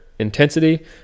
intensity